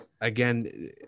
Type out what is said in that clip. again